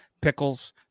Pickles